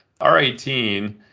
R18